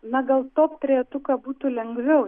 na gal top trejetuką būtų lengviau